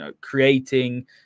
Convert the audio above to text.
creating